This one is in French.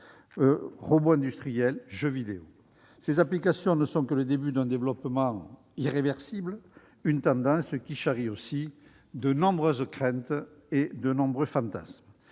robots industriels, jeux vidéo ... Ces applications ne sont que le début d'un développement irréversible, une tendance qui charrie également nombre de craintes et de phantasmes.